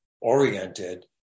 oriented